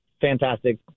fantastic